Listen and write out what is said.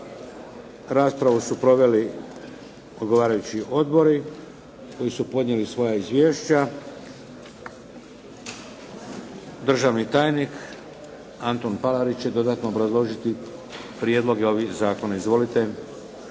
Raspravu su proveli odgovarajući odbori koji su podnijeli svoja izvješća. Državni tajnik, Antun Palarić će dodatno obrazložiti prijedloge ovih zakona. Izvolite.